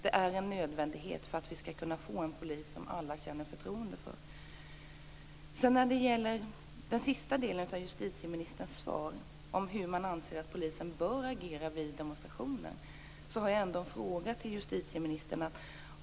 Det är en nödvändighet för att vi skall få en poliskår som alla känner förtroende för. Beträffande den sista delen av justitieministerns svar, om hur man anser att polisen bör agera vid demonstrationer, har jag en fråga till justitieministern.